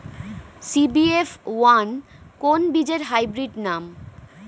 CBF one কোন বীজের hybrid নাম?